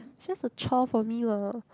it's just a chore for me lah